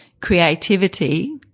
creativity